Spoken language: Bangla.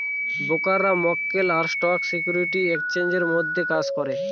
ব্রোকাররা মক্কেল আর স্টক সিকিউরিটি এক্সচেঞ্জের মধ্যে কাজ করে